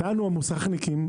לנו המוסכניקים,